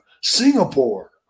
Singapore